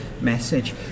message